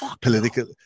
political